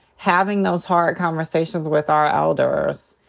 having those hard conversations with our elders?